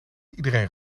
iedereen